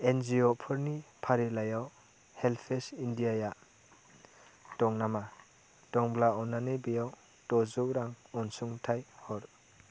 N G O फोरनि फारिलाइयाव HelpAge इण्डियाआ दं नामा दंब्ला अन्नानै बेयाव द'जौ रां अनसुंथाइ हर